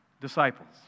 Disciples